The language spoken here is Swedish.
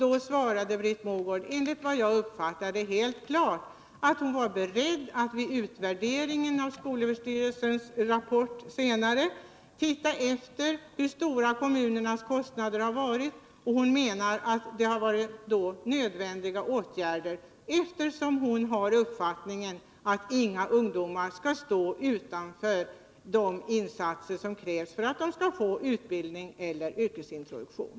Då svarade Britt Mogård, enligt vad jag uppfattade, helt klart att hon var beredd att vid utvärderingen av skolöverstyrelsens rapport senare se efter hur stora kommunernas kostnader har varit. Hon menar att det har varit nödvändiga åtgärder som vidtagits, eftersom hon har uppfattningen att inga ungdomar skall stå utanför de insatser som krävs för att de skall få utbildning eller yrkesintroduktion.